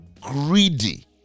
Greedy